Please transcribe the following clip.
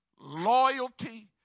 Loyalty